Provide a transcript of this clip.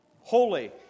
Holy